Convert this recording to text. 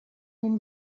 ним